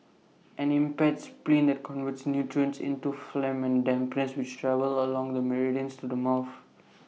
an impaired spleen then converts nutrients into phlegm and dampness which travel along the meridians to the mouth